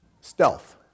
stealth